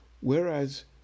whereas